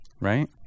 Right